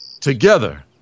together